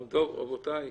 רבותיי,